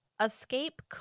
Escape